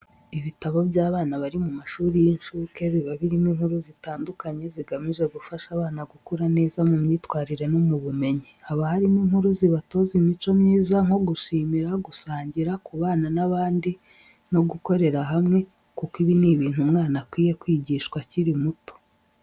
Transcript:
Ibitabo by'abana bari mu mashuri y'incuke biba birimo inkuru zitandukanye zigamije gufasha abana gukura neza mu myitwarire no mu bumenyi. Haba harimo inkuru zibatoza imico myiza nko gushimira, gusangira, kubana n'abandi no gukorera hamwe, kuko ibi ni ibintu umwana akwiye kwigishwa akiri muto.